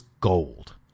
gold